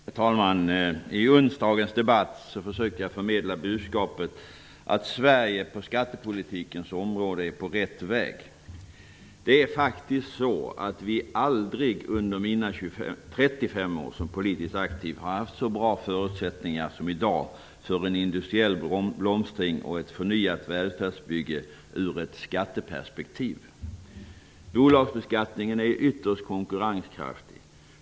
Herr talman! I onsdagens debatt försökte jag förmedla budskapet att Sverige på skattepolitikens område är på rätt väg. Det är faktiskt så att vi aldrig, under mina 35 år som politiskt aktiv, har haft så bra förutsättningar som i dag för en industriell blomstring och ett förnyat välfärdsbygge ur ett skatteperspektiv. Bolagsbeskattningen är ytterst konkurrenskraftig.